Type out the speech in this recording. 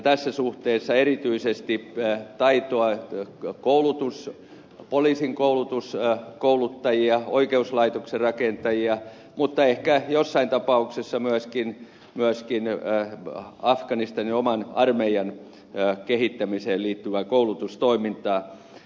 tässä suhteessa erityisesti vähän taitoa ja työ koulutus on poliisin kouluttajia oikeuslaitoksen rakentajia mutta ehkä jossain tapauksessa myöskin afganistanin oman armeijan kehittämiseen liittyvää koulutustoimintaa